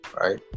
right